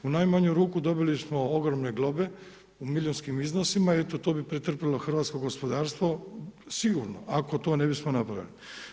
U najmanju ruku dobili smo ogromne globe u milijunskim iznosima, eto to bi pretrpjelo hrvatsko gospodarstvo sigurno ako to ne bismo napravili.